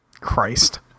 Christ